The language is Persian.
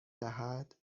دهد